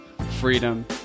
freedom